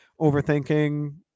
overthinking